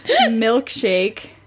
milkshake